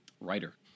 writer